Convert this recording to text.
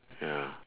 ya